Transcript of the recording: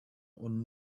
und